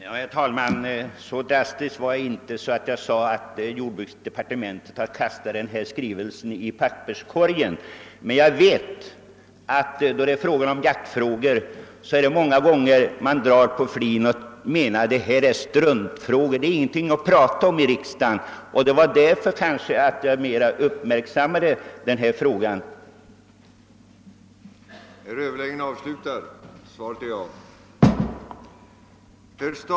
Herr talman! Så drastisk var jag inte att jag sade att man i jordbruksdepartementet har kastat denna skrivelse i papperskorgen. Men när det gäller jaktfrågor vet jag att man ofta drar på munnen och menar att det är bara strunt; det är ingenting att prata om i riksdagen. Kanske var det därför som jag uppmärksammade denna fråga mer än jag eljest skulle gjort.